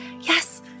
yes